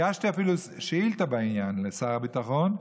הגשתי אפילו שאילתה בעניין לשר הביטחון,